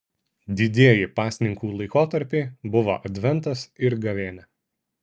didieji pasninkų laikotarpiai buvo adventas ir gavėnia